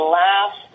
laugh